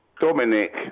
Dominic